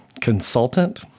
consultant